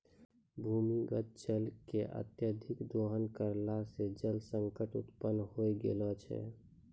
भूमीगत जल के अत्यधिक दोहन करला सें जल संकट उत्पन्न होय गेलो छै